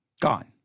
gone